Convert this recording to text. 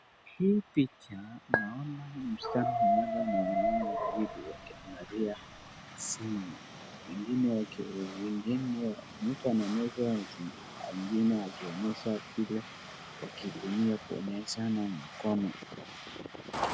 Hii picha naona msichana mmoja na wanaume wawili wakianagalia simu, wengine mtu anaonyeshwa mwingine akionyesha vile wakitumia kuonyeshana mkono